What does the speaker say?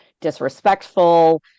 disrespectful